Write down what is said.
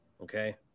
Okay